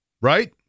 Right